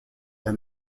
than